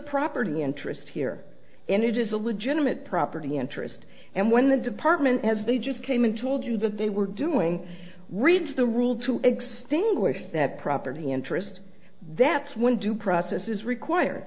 interest here and it is a legitimate property interest and when the department as they just came and told you that they were doing reads the rule to extinguish that property interest that's when due process is required